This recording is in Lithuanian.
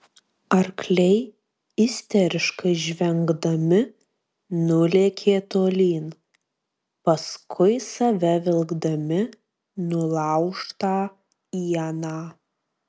arkliai isteriškai žvengdami nulėkė tolyn paskui save vilkdami nulaužtą ieną